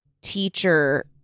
teacher